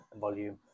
volume